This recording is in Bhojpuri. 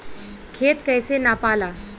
खेत कैसे नपाला?